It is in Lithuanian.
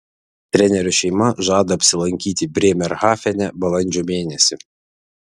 trenerio šeima žada apsilankyti brėmerhafene balandžio mėnesį